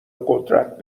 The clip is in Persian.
قدرت